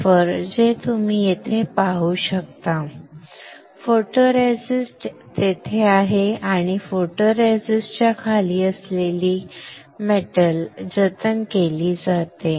wafer जे तुम्ही येथे पाहू शकता फोटोरेसिस्ट तेथे आहे आणि फोटोरेसिस्टच्या खाली असलेली धातू जतन केली आहे